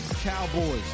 Cowboys